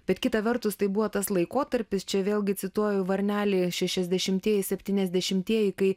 bet kita vertus tai buvo tas laikotarpis čia vėlgi cituoju varnelį šešiasdešimtieji septyniasdešimtieji kai